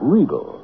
Regal